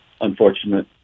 unfortunate